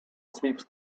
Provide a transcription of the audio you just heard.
sweeps